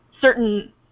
certain